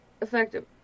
effective